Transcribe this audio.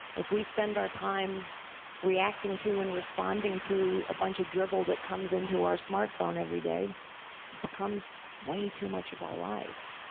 if we spend our time reacting to and responding to a bunch a drivel that comes into our smart phone every day, it becomes way too much of our life.